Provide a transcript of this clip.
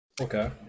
Okay